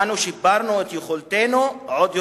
אנו שיפרנו את יכולתנו עוד יותר.